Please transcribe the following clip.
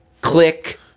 click